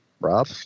Rob